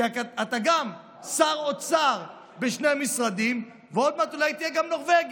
כי אתה גם שר אוצר בשני משרדים ועוד מעט אולי תהיה גם נורבגי.